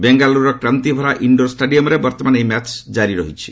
ବେଙ୍ଗାଲୁରର Kanteerava indoor ଷ୍ଟାଡିୟମଠାରେ ବର୍ତ୍ତମାନ ଏହି ମ୍ୟାଚ କାରି ରହିଛି